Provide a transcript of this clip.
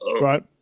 right